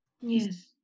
Yes